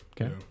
Okay